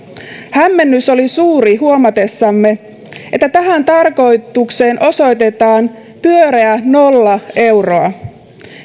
hämmennys oli suuri huomatessamme että tähän tarkoitukseen osoitetaan pyöreä nolla euroa